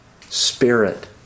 spirit